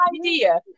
idea